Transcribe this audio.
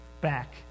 back